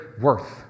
worth